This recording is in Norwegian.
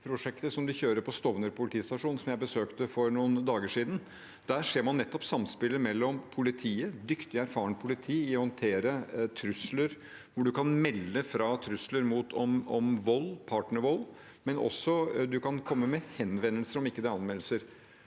RISKprosjektet, som man kjører på Stovner politistasjon, som jeg besøkte for noen dager siden. Der ser man nettopp samspillet mellom politiet, dyktig erfarent politi, i å håndtere trusler, hvor man kan melde fra om trusler om vold, partnervold, men man kan også komme med henvendelser selv om det ikke er anmeldelser.